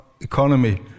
economy